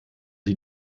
sie